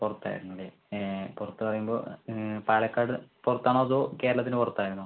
പുറത്തായിരുന്നു അല്ലേ പുറത്ത് എന്ന് പറയുമ്പോൾ പാലക്കാട് പുറത്ത് ആണോ അതോ കേരളത്തിൻ്റെ പുറത്തായിരുന്നോ